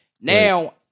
now